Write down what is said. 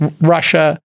Russia